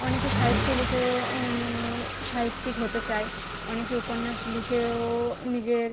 অনেকে সাহিত্য লিখেও সাহিত্যিক হতে চায় অনেকে উপন্যাস লিখেও নিজের